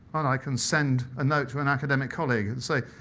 i can send a note to an academic colleague and say,